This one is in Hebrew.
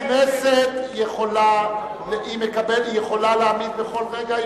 הכנסת יכולה להעמיד בכל רגע,